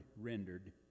rendered